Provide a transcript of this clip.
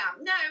No